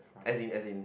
as in as in